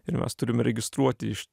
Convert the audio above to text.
ir mes turim registruoti iš